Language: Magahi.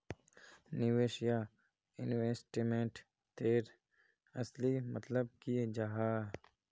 निवेश या इन्वेस्टमेंट तेर असली मतलब की जाहा?